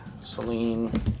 Celine